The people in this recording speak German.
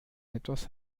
etwas